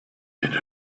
made